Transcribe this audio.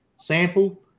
Sample